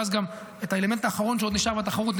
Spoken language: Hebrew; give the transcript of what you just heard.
ואז גם את האלמנט האחרון שעוד נשאר מהתחרות,